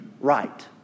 right